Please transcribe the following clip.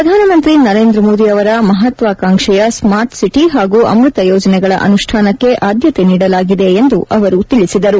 ಪ್ರಧಾನ ಮಂತ್ರಿ ನರೇಂದ್ರ ಮೋದಿ ಅವರ ಮಹತ್ವಾಕಾಂಕ್ಷೆಯ ಸ್ನಾರ್ಟ್ ಸಿಟಿ ಹಾಗೂ ಅಮೃತ ಯೋಜನೆಗಳ ಅನುಷ್ನಾನಕ್ಕೆ ಆದ್ದತೆ ನೀಡಲಾಗಿದೆ ಎಂದು ಅವರು ತಿಳಿಸಿದರು